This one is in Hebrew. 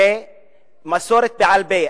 זה מסורת בעל-פה,